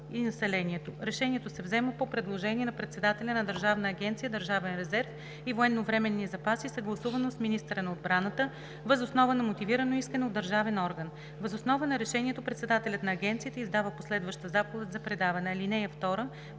Решението се взема по предложение на председателя на Държавната агенция „Държавен резерв и военновременни запаси“ съгласувано с министъра на отбраната въз основа на мотивирано искане от държавен орган. Въз основа на решението председателят на агенцията издава последваща заповед за предаване. (2)